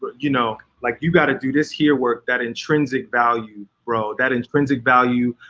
you know, like you got to do this here work that intrinsic value grow that intrinsic value,